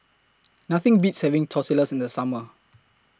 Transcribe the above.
Nothing Beats having Tortillas in The Summer